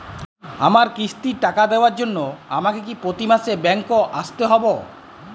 আমার কিস্তির টাকা দেওয়ার জন্য আমাকে কি প্রতি মাসে ব্যাংক আসতে হব?